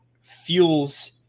fuels